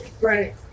right